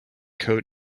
coat